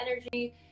energy